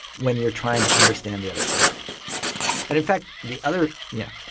when you're trying to understand the other side. and in fact, the other yeah.